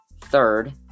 third